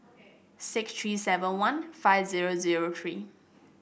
six three seven one five zero zero three